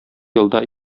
елда